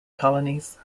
colonies